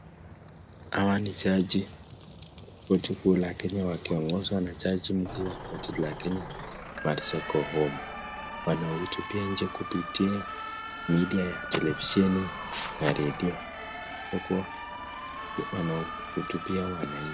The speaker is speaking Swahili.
Hawa ni jaji wa korti kuu la Kenya wakiongozwa na jaji mkuu wa korti la Kenya Martha Koome. Wanahutubia nchi kupitia media ya televisheni na redio. Tunaonyeshwa kuwa pia wanahutubia wananchi